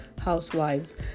housewives